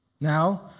Now